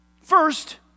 first